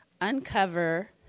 uncover